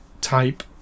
type